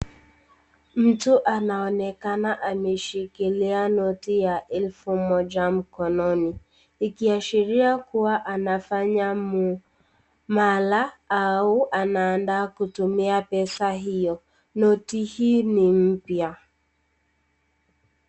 Mtu anaonekana ameshikilia noti ya elfu moja mkononi. Ikiashiria kuwa anafanya mara au anaandaa kutumia pesa hiyo. Noti hii ni mpya.